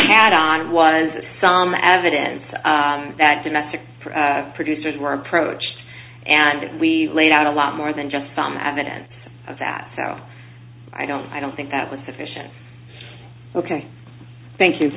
had on was some added in that domestic producers were approached and we laid out a lot more than just some evidence of that so i don't i don't think that was sufficient ok thank you